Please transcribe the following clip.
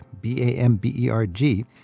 B-A-M-B-E-R-G